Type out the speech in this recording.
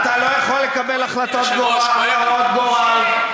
אתה לא יכול לקבל החלטות הרות גורל,